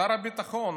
שר הביטחון,